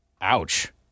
Ouch